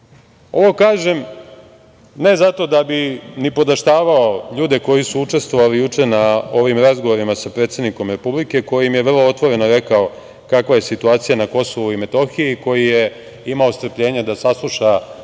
kažem ne zato da bih nipodaštavao ljude koji su učestvovali juče na ovim razgovorima sa predsednikom Republike, koji im je vrlo otvoreno rekao kakva je situacija na Kosovu i Metohiji, koji je imao strpljenja da sasluša